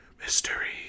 Mystery